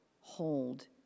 hold